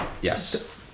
Yes